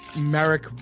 Merrick